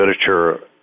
literature